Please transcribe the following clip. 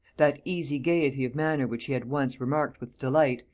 that easy gaiety of manner which he had once remarked with delight,